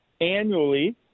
annually